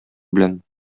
белән